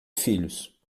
filhos